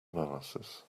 analysis